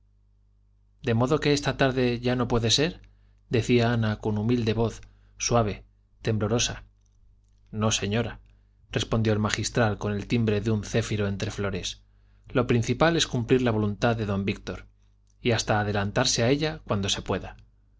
de modo que esta tarde ya no puede ser decía ana con humilde voz suave temblorosa no señora respondió el magistral con el timbre de un céfiro entre flores lo principal es cumplir la voluntad de don víctor y hasta adelantarse a ella cuando se pueda